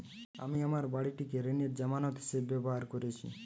আমি আমার বাড়িটিকে ঋণের জামানত হিসাবে ব্যবহার করেছি